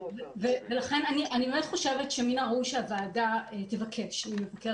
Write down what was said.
ולכן אני באמת חושבת שמן הראוי שהוועדה תבקש ממבקר